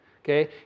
Okay